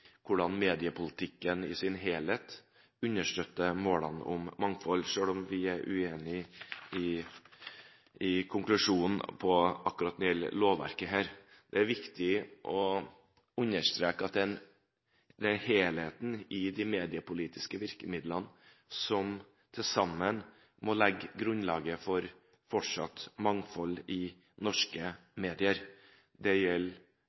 hvordan mediepolitikken i sin helhet understøtter målene om mangfold, selv om vi er uenig i konklusjonen når det gjelder lovverket. Det er viktig å understreke at det er helheten i de mediepolitiske virkemidlene som til sammen må legge grunnlaget for fortsatt mangfold i norske medier. Det gjelder